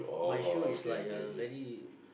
my shoe is like a very